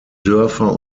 dörfer